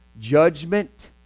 judgment